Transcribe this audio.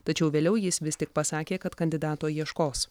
tačiau vėliau jis vis tik pasakė kad kandidato ieškos